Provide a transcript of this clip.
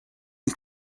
and